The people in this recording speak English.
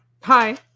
Hi